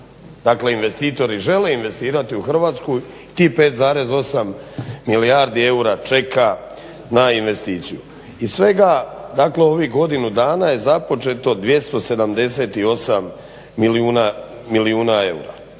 dakle na, investitori žele investirati u Hrvatsku, tih 5,8 milijardi eura čeka na investiciju. Iz svega dakle ovih godinu dana je započeto 278 milijuna eura.